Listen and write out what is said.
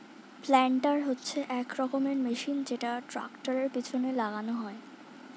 planter হচ্ছে এক রকমের মেশিন যেটা ট্র্যাক্টরের পেছনে লাগানো হয়